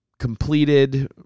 Completed